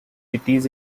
cities